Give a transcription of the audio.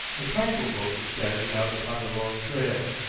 a cargo boat was standing out upon the long trail,